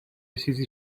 چیزی